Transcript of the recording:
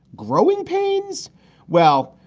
growing pains well,